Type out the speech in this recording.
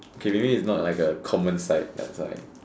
okay maybe it's not like a common sight that's why